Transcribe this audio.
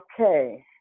okay